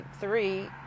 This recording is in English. three